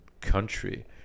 country